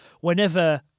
whenever